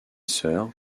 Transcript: sœurs